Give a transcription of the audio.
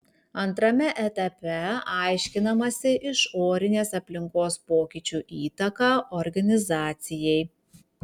antrame etape aiškinamasi išorinės aplinkos pokyčių įtaka organizacijai